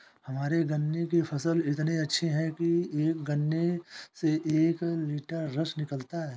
हमारे गन्ने के फसल इतने अच्छे हैं कि एक गन्ने से एक लिटर रस निकालता है